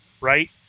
right